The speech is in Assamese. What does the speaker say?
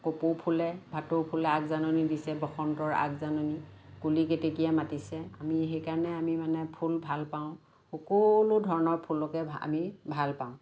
কপৌ ফুলে ভাটৌ ফুলে আগজাননী দিছে বসন্তৰ আগজাননী কুলি কেতেকীয়ে মাতিছে আমি সেইকাৰণে আমি মানে ফুল ভাল পাওঁ সকলো ধৰণৰ ফুলকে আমি ভাল পাওঁ